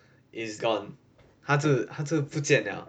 is gone 他就他就不见了